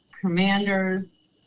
commanders